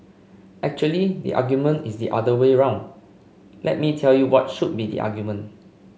actually the argument is the other way round let me tell you what should be the argument